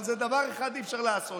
אבל דבר אחד אי-אפשר לעשות,